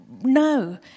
No